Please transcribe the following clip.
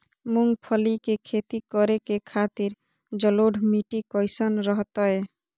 मूंगफली के खेती करें के खातिर जलोढ़ मिट्टी कईसन रहतय?